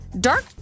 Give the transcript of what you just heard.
Dark